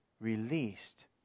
released